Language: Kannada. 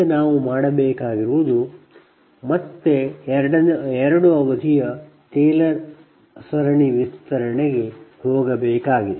ನಾವು ಮತ್ತೆ 2 ಅವಧಿಯ ಟೇಲರ್ ಸರಣಿ ವಿಸ್ತರಣೆಗೆ ಹೋಗಬೇಕಾಗಿದೆ